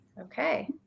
Okay